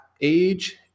age